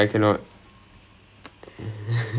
அந்த பக்கமே:antha pakkame